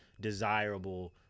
desirable